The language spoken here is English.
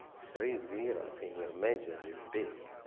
three zeros in your major is big.